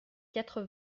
quatre